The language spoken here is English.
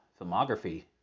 filmography